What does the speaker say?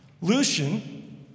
Lucian